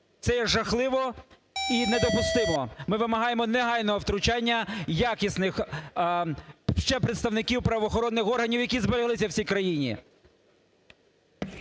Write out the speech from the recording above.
Це є жахливо і недопустимо. Ми вимагаємо негайного втручання якісних… ще представників правоохоронних органів, які збереглися в цій країні.